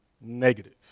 negative